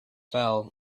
fell